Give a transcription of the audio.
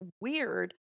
weird